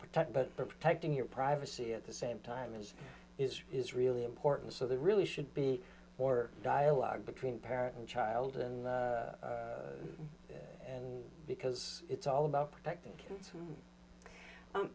protect but protecting your privacy at the same time is is is really important so there really should be more dialogue between parent and child and and because it's all about protecting kids